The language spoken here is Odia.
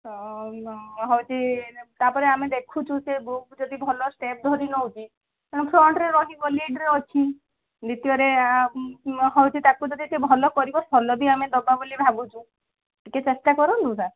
ତ ହେଉଛି ତା'ପରେ ଆମେ ଦେଖୁଛୁ ସେ ଗ୍ରୁପ୍ ଯଦି ଭଲ ଷ୍ଟେପ୍ ଧରି ନେଉଛି ତେଣୁ ଫ୍ରଣ୍ଟ୍ରେ ରହିବ ଲିଡ଼୍ରେ ଅଛି ଦ୍ୱିତୀୟରେ ହେଉଛି ତା'କୁ ଯଦି ସିଏ ଭଲ କରିବ ଭଲ ବି ଆମେ ଦେବା ବୋଲି ଭାବୁଛୁ ଟିକେ ଚେଷ୍ଟା କରନ୍ତୁ ସାର୍